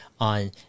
on